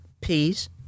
peas